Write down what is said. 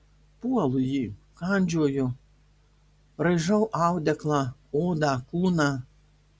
puolu jį kandžioju raižau audeklą odą kūną